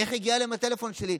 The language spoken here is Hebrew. איך הגיע אליהם הטלפון שלי?